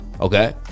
Okay